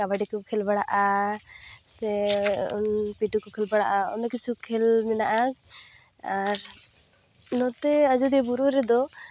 ᱠᱟᱵᱟᱰᱤᱠᱚ ᱠᱷᱮᱞ ᱵᱟᱲᱟᱜᱼᱟ ᱥᱮ ᱠᱷᱮᱞ ᱵᱟᱲᱟᱜᱼᱟ ᱚᱱᱮᱠ ᱠᱤᱪᱷᱩ ᱠᱷᱮᱞ ᱢᱮᱱᱟᱜᱼᱟ ᱟᱨ ᱱᱚᱛᱮ ᱟᱡᱚᱫᱤᱭᱟᱹ ᱵᱩᱨᱩ ᱨᱮᱫᱚ